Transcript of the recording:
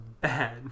bad